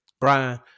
Brian